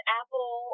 apple